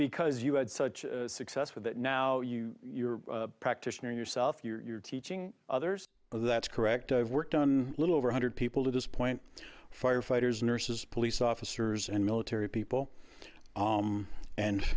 because you had such success with it now you your practitioner yourself you're teaching others that's correct i've worked on a little over a hundred people to this point firefighters nurses police officers and military people